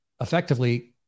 effectively